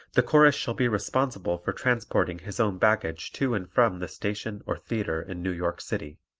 the chorus shall be responsible for transporting his own baggage to and from the station or theatre in new york city.